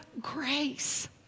grace